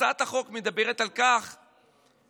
הצעת החוק מדברת ומציעה